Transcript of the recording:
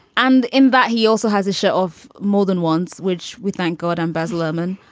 and in that, he also has a shot of more than once, which we thank gordon best lemon.